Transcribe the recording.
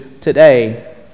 today